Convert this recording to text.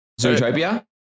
Zootopia